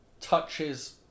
touches